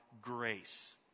grace